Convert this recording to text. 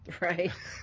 Right